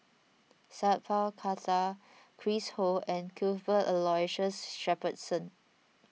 Sat Pal Khattar Chris Ho and Cuthbert Aloysius Shepherdson